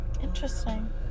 interesting